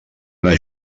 una